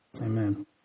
Amen